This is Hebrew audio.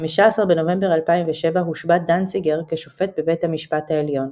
ב-15 בנובמבר 2007 הושבע דנציגר כשופט בבית המשפט העליון.